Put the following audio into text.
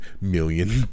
million